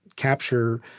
capture